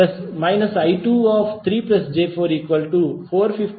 e